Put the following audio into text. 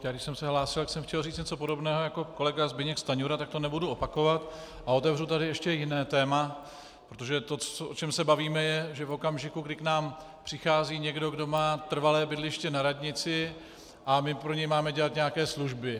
Když jsem se hlásil, tak jsem chtěl říct něco podobného jako kolega Zbyněk Stanjura, tak to nebudu opakovat a otevřu tady ještě jiné téma, protože to, o čem se bavíme, je, že v okamžiku, kdy k nám přichází někdo, kdo má trvalé bydliště na radnici, a my pro něj máme dělat nějaké služby.